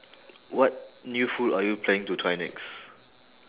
what new food are you planning to try next